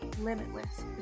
limitless